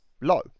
low